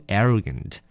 arrogant